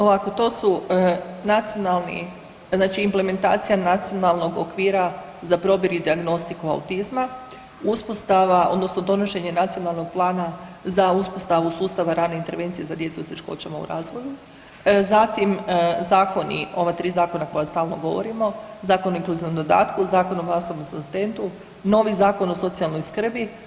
Ovako to su nacionalni, znači implementacija nacionalnog okvira za probir i dijagnostiku autizma, uspostava odnosno donošenje nacionalnog plana za uspostavu sustava rane intervencije za djecu s teškoćama u razvoju, zatim zakoni ova tri zakona koja stalno govorimo Zakon o inkluzivnom dodatku, Zakon o …/nerazumljivo/… asistentu, novi Zakon o socijalnoj skrbi.